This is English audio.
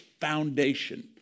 foundation